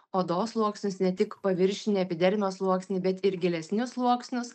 odos sluoksnius ne tik paviršinį epidermio sluoksnį bet ir gilesnius sluoksnius